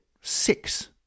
six